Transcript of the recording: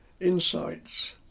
insights